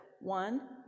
one